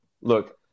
look